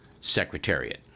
secretariat